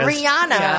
Rihanna